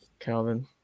Calvin